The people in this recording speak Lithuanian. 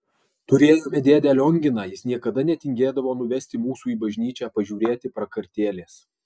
turėjome dėdę lionginą jis niekada netingėdavo nuvesti mūsų į bažnyčią pažiūrėti prakartėlės